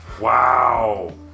Wow